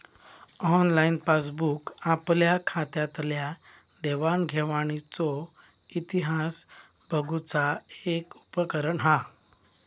online passbook आपल्या खात्यातल्या देवाण घेवाणीचो इतिहास बघुचा एक उपकरण हा